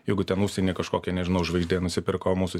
jeigu ten užsienyje kažkokia nežinau žvaigždė nusipirko mūsų